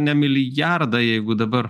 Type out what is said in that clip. ne milijardą jeigu dabar